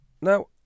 Now